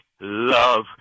love